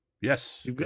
Yes